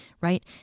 right